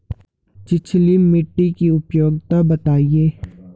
छिछली मिट्टी की उपयोगिता बतायें?